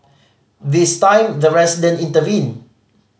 this time the resident intervened